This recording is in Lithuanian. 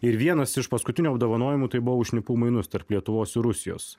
ir vienas iš paskutinių apdovanojimų tai buvo už šnipų mainus tarp lietuvos ir rusijos